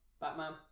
Batman